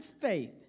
faith